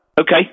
Okay